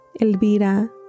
Elvira